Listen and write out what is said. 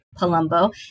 Palumbo